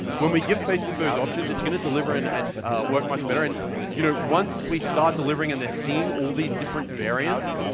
when we give facebook those options, it's gonna deliver in and work much better, and you know once we start delivering and they're seeing all these different variants,